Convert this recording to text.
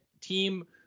team